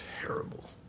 terrible